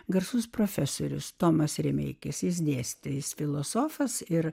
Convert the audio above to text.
garsus profesorius tomas remeikis jis dėstė jis filosofas ir